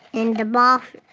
in the but